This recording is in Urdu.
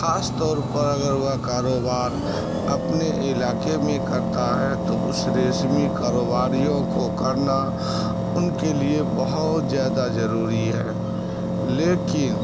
خاص طور پر اگر وہ کاروبار اپنے علاقے میں کرتا ہے تو اس کاروباریوں کو کرنا ان کے لیے بہت زیادہ ضروری ہے لیکن